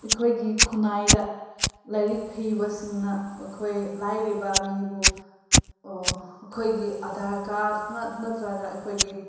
ꯑꯩꯈꯣꯏꯒꯤ ꯈꯨꯟꯅꯥꯏꯗ ꯂꯥꯏꯔꯤꯛ ꯍꯩꯕꯁꯤꯡꯅ ꯑꯩꯈꯣꯏ ꯂꯥꯏꯔꯕ ꯃꯤꯕꯨ ꯑꯩꯈꯣꯏꯒꯤ ꯑꯗꯥꯔ ꯀꯥꯔꯠ ꯉꯛ ꯅꯠꯇ꯭ꯔꯒ ꯑꯩꯈꯣꯏꯒꯤ